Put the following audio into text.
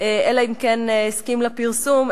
אלא אם כן הסכים לפרסום,